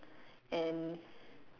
and